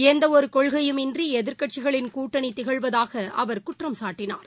எந்த ஒரு கொள்கையும் இன்றி எதிர்க்கட்சிகளின் கூட்டணி திகழ்வதாக அவர் குற்றம் சாட்டினார்